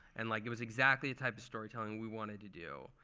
and like it was exactly the type of storytelling we wanted to do.